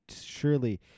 surely